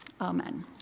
amen